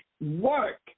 work